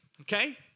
okay